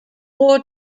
wore